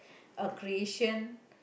a creation